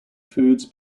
foods